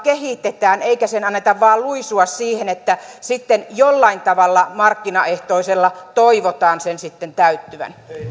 kehitetään eikä sen anneta vain luisua siihen että jollain tavalla markkinaehtoisella toivotaan sen sitten täyttyvän